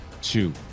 two